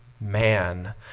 man